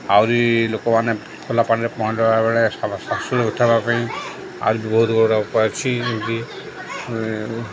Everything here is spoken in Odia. ଆହୁରି ଲୋକମାନେ ଖୋଲା ପାଣିରେ ପହଁରିଲାବେଳେ ସୁରକ୍ଷିତ ରହିବା ପାଇଁ ଆହୁରି ବହୁତ ଗୁଡ଼ାଏ ଉପାୟ ଅଛି ଏମିତି